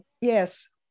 Yes